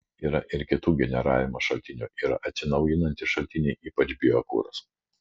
yra ir kitų generavimo šaltinių yra atsinaujinantys šaltiniai ypač biokuras